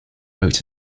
wrote